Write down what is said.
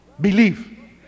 Believe